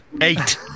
Eight